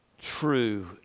true